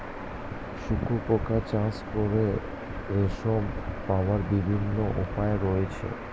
শুঁয়োপোকা চাষ করে রেশম পাওয়ার বিভিন্ন উপায় রয়েছে